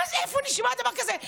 איפה נשמע דבר כזה?